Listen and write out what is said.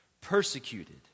Persecuted